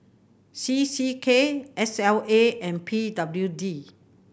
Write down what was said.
C C K S L A and P W D